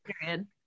Period